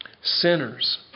sinners